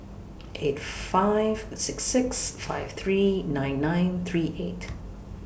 eight five six six five three nine nine three eight